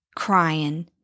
crying